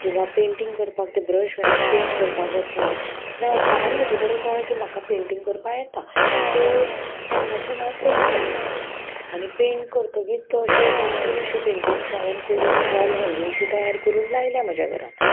किंवां पेंटींग करपाक ते ब्रश घेवन हांव पेंट करपा बसलें तेन्ना अचानक म्हजे कडेन कळ्ळें की म्हाका पेंटिंग करपाक येता सो तेन्नाच्यान हांव पेंट करपाक लागलें आनी पेंट करतगीच अशें दोन तीन अश्यो पेंटिंग्स हांवें करून वॉल हँंगिंग्स तयार करून लायल्या म्हज्या घरान